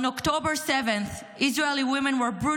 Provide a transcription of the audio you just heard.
On October 7th Israeli women were brutally